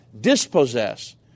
dispossess